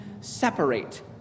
separate